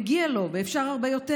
מגיע לו ואפשר הרבה יותר.